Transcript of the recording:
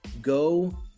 Go